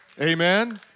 Amen